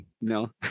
No